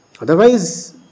Otherwise